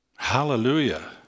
Hallelujah